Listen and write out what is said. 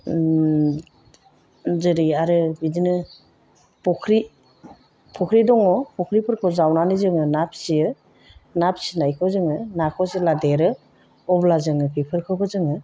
जेरै आरो बिदिनो फख्रि फख्रि दङ फख्रिफोरखौ जावनानै जोङो ना फियो ना फिनायखौ जोङो नाखौ जेला देरो अब्ला जोङो बेफोरखौबो जोङो